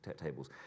tables